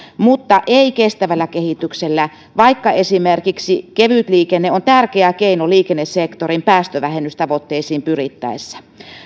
mutta ei kestävällä kehityksellä vaikka esimerkiksi kevytliikenne on tärkeä keino liikennesektorin päästövähennystavoitteisiin pyrittäessä